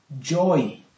joy